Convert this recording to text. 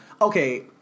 okay